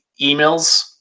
emails